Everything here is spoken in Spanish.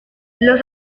los